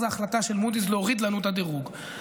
ההחלטה של מודי'ס להוריד לנו את הדירוג,